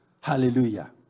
Hallelujah